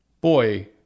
Boy